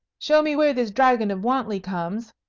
show me where this dragon of wantley comes,